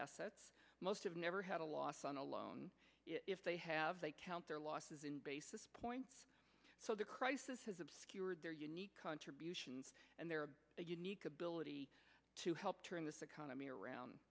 assets most of never had a loss on a loan if they have they count their losses in basis points so the crisis has obscured their unique contributions and their unique ability to help turn this economy around